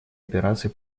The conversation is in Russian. операции